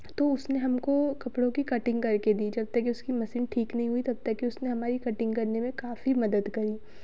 तो उसने हमको कपड़ों की कटिंग करके दी जब तक उसकी मशीन ठीक नहीं हुई तब तक की उसने हमारी कटिंग करने में काफ़ी मदद करी